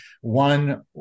One